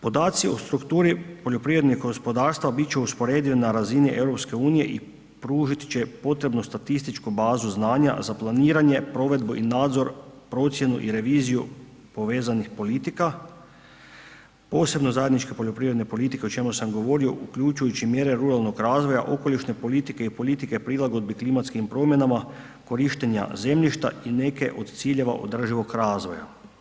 Podaci o strukturi poljoprivrednih gospodarstava bit će usporedivi na razini EU i pružiti će potrebnu statističku bazu znanja za planiranje, provedbu i nadzor, procjenu i reviziju povezanih politika, posebno zajednička poljoprivredna politika, o čemu sam govorio, uključujući mjere ruralnog razvoja, okolišne politike i politike prilagodbi klimatskim promjenama, korištenja zemljišta i neke od ciljeva održivog razvoja.